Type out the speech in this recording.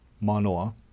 Manoa